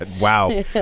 Wow